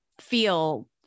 feel